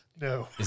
No